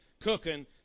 cooking